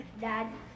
Dad